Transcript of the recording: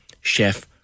Chef